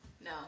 No